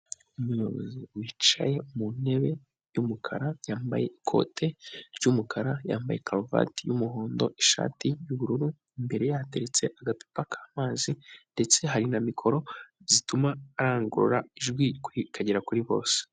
Umuyobozi wicaye mu ntebe y'umukara, yambaye ikote ry'umukara, yambaye karuvati y'umuhondo, ishati y'ubururu, imbere ye hateretse agacupa k'amazi ndetse hari na mikoro zituma arangurura ijwi rikagera kuri bose.